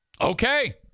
Okay